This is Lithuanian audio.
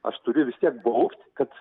aš turiu vis tiek baubt kad